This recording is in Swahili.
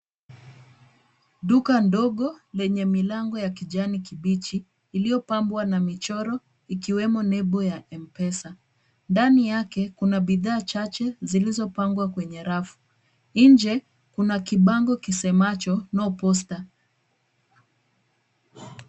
Duka ndogo lenye milango ya kijani kibichi iliyopambwa na michoro ikiwemo nembo ya M-Pesa. Ndani yake kuna bidhaa chache zilizopangwa kwenye rafu, nje kuna kibango kisemacho no poster .